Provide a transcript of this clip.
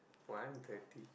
one thirty